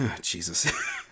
Jesus